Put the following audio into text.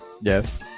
Yes